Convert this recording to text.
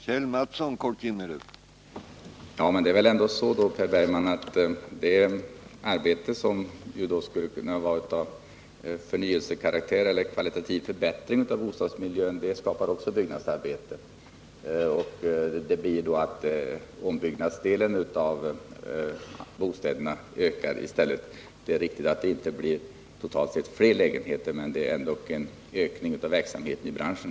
Herr talman! Det är väl ändå så, Per Bergman, att det arbete som är av förnyelsekaraktär eller innebär en kvalitativ förbättring av bostadsmiljön också skapar byggnadsarbeten. Då blir det ombyggnadsverksamheten som ökar. Det är riktigt att det inte totalt sett blir flera lägenheter, men det är ändå en ökning av verksamheten i branschen.